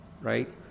right